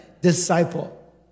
Disciple